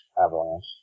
avalanche